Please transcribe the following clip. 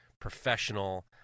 professional